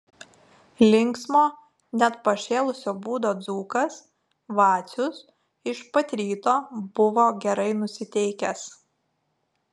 linksmo net pašėlusio būdo dzūkas vacius iš pat ryto buvo gerai nusiteikęs